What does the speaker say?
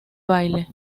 baile